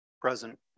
Present